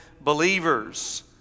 believers